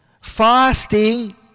Fasting